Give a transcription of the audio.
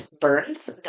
Burns